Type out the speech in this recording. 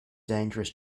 dangerous